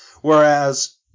Whereas